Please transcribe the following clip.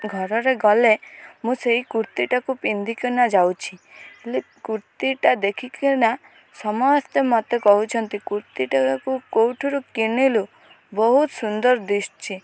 ଘରରେ ଗଲେ ମୁଁ ସେଇ କୁର୍ତ୍ତୀଟାକୁ ପିନ୍ଧିକିନା ଯାଉଛି ହେଲେ କୁର୍ତ୍ତୀଟା ଦେଖିକରିନା ସମସ୍ତେ ମୋତେ କହୁଛନ୍ତି କୁର୍ତ୍ତୀଟାକୁ କେଉଁଠାରୁ କିଣିଲୁ ବହୁତ ସୁନ୍ଦର ଦିଶୁଛି